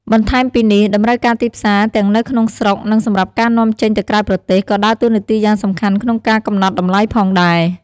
បន្ថែមពីនេះ តម្រូវការទីផ្សារ ទាំងនៅក្នុងស្រុក និងសម្រាប់ការនាំចេញទៅក្រៅប្រទេស ក៏ដើរតួនាទីយ៉ាងសំខាន់ក្នុងការកំណត់តម្លៃផងដែរ។